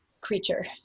creature